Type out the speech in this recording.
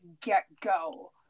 get-go